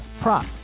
prop